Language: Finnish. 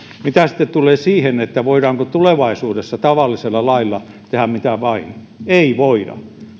mitä sitten tulee siihen voidaanko tulevaisuudessa tavallisella lailla tehdä mitä vain ei voida